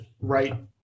right